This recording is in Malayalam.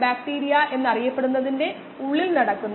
മില്ലിമോളിൽ 0